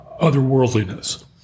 otherworldliness